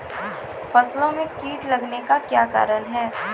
फसलो मे कीट लगने का क्या कारण है?